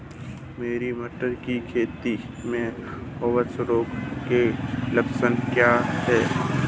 मेरी मटर की खेती में कवक रोग के लक्षण क्या हैं?